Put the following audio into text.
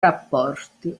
rapporti